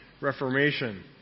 reformation